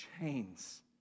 chains